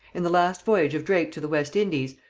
in the last voyage of drake to the west indies,